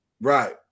Right